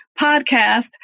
podcast